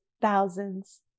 thousands